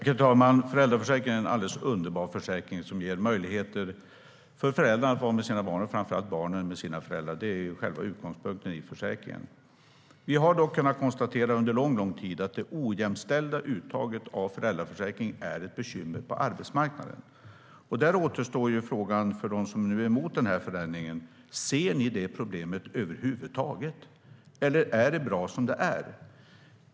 Herr talman! Föräldraförsäkringen är en alldeles underbar försäkring som ger möjlighet för föräldrar att vara med sina barn - och framför allt möjlighet för barnen att vara med sina föräldrar. Det är själva utgångspunkten i försäkringen. Vi har dock under en lång tid kunnat konstatera att det ojämställda uttaget av föräldraförsäkringen är ett bekymmer på arbetsmarknaden. Där återstår ju frågan för dem som är emot den här förändringen: Ser ni det problemet över huvud taget, eller är det bra som det är?